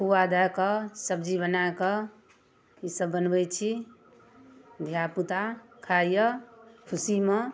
खुआ दऽ कऽ सब्जी बनाकऽ ईसब बनबै छी धिआपुता खाइए खुशीमे